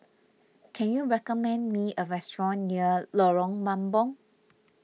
can you recommend me a restaurant near Lorong Mambong